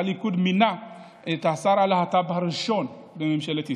הליכוד מינה את השר הלהט"ב הראשון בממשלת ישראל,